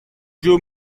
joe